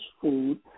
food